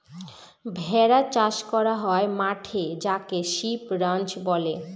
ভেড়া চাষ করা হয় মাঠে যাকে সিপ রাঞ্চ বলে